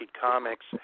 Comics